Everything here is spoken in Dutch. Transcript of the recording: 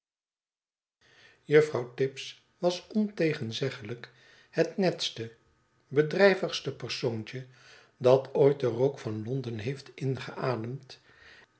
juffrouw tibbs was ontegenzeggelijk het netste bedrijvigste persoontje dat ooit den rook van londen heeft ingeademd